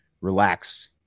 relax